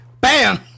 bam